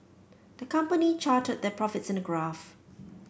the company charted their profits in a graph